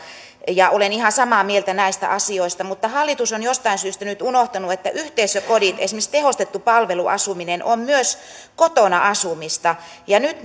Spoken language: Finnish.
olen ihan samaa mieltä näistä asioista mutta hallitus on jostain syystä nyt unohtanut että yhteisökodit esimerkiksi tehostettu palveluasuminen ovat myös kotona asumista ja nyt